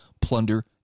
plunder